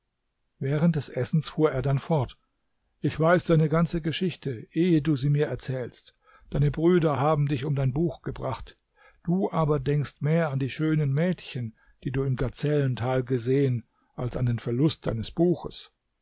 während des essens fuhr er dann fort ich weiß deine ganze geschichte ehe du sie mir erzählst deine brüder haben dich um dein buch gebracht du aber denkst mehr an die schönen mädchen die du im gazellental gesehen als an den verlust deines buches